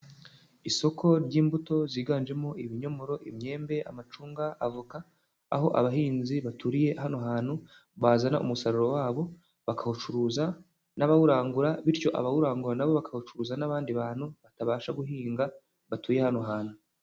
Isoko ry'imbuto ziganjemo ibinyomoro, imyembe, amacunga, avoka aho abahinzi baturiye hano hantu bazana umusaruro wabo, bakawucuruza n'abawurangura bityo abawurangwa nabo bakawucuruza n'abandi bantu batabasha guhinga batuye hano hantu.